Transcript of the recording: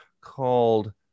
called